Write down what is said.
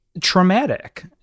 traumatic